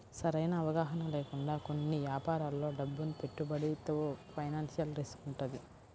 సరైన అవగాహన లేకుండా కొన్ని యాపారాల్లో డబ్బును పెట్టుబడితో ఫైనాన్షియల్ రిస్క్ వుంటది